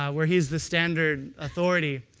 ah where he is the standard authority.